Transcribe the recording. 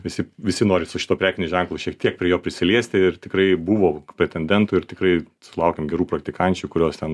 visi visi nori su šituo prekiniu ženklu šiek tiek prie jo prisiliesti ir tikrai buvo pretendentų ir tikrai sulaukėm gerų praktikančių kurios ten